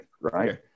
right